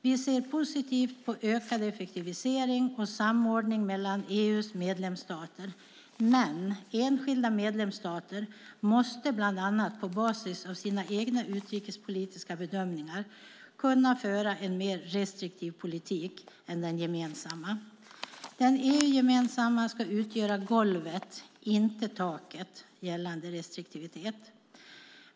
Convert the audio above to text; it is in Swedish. Vi ser positivt på ökad effektivisering och samordning mellan EU:s medlemsstater men enskilda medlemsstater måste bl.a. på basis av sina egna utrikespolitiska bedömningar kunna föra en mer restriktiv politik än den gemensamma. Den EU-gemensamma politiken ska utgöra golvet, inte taket, gällande restriktivitet."